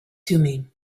thummim